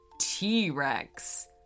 T-Rex